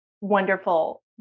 wonderful